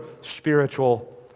spiritual